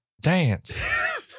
dance